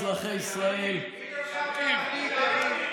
יריב, אם אפשר, גם בערבית.